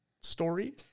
story